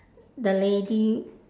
the lady